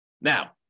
Now